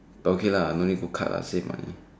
okay lah don't need go cut lah save money